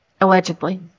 Allegedly